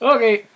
Okay